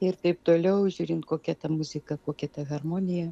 ir taip toliau žiūrint kokia ta muzika kokia ta harmonija